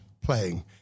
playing